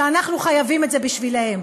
שאנחנו חייבים את זה בשבילם.